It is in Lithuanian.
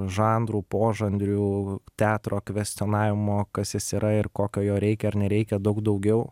žanrų požanrių teatro kvestionavimo kas jis yra ir kokio jo reikia ar nereikia daug daugiau